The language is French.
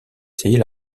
essayer